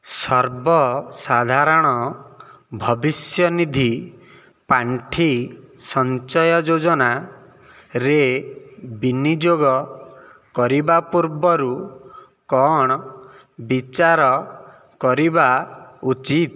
ସର୍ବସାଧାରଣ ଭବିଷ୍ୟନିଧି ପାଣ୍ଠି ସଞ୍ଚୟ ଯୋଜନାରେ ବିନିଯୋଗ କରିବା ପୂର୍ବରୁ କ'ଣ ବିଚାର କରିବା ଉଚିତ